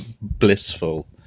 blissful